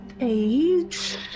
age